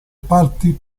parti